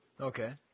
Okay